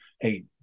hey